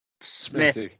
Smith